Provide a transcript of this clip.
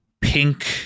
pink